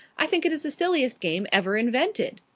i think it is the silliest game ever invented!